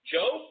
Joe